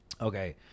Okay